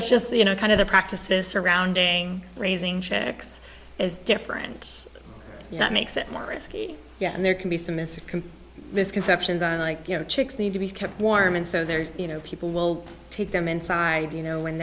it's just you know kind of the practices surrounding raising checks as different that makes it more risky yeah and there can be some it's a complete misconception that like you know chicks need to be kept warm and so there's you know people will take them inside you know when